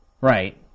right